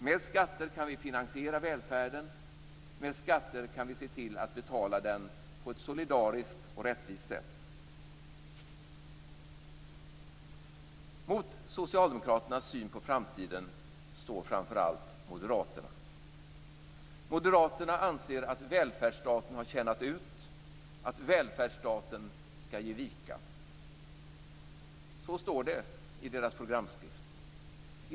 Med skatter kan vi finansiera välfärden. Med skatter kan vi se till att betala den på ett solidariskt och rättvist sätt. Mot Socialdemokraternas syn på framtiden står framför allt Moderaterna. Moderaterna anser att välfärdsstaten har tjänat ut och att välfärdsstaten skall ge vika. Så står det i deras programskrift.